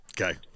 Okay